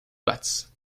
batz